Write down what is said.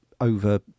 over